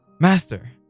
Master